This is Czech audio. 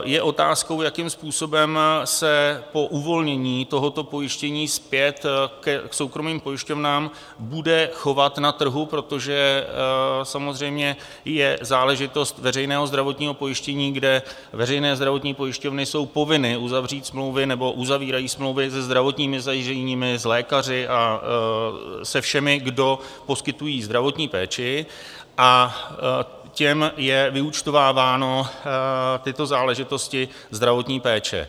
Je otázkou, jakým způsobem se po uvolnění tohoto pojištění zpět k soukromým pojišťovnám bude chovat na trhu, protože samozřejmě je záležitost veřejného zdravotního pojištění, kde veřejné zdravotní pojišťovny jsou povinny uzavřít smlouvy nebo uzavírají smlouvy se zdravotními zařízeními, s lékaři a se všemi, kdo poskytují zdravotní péči, a těm je vyúčtováváno, tyto záležitosti zdravotní péče.